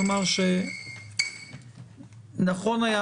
לומר שנכון היה,